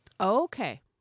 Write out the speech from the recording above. Okay